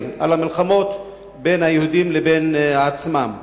על המלחמות בין היהודים לבין עצמם?